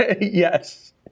Yes